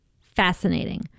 Fascinating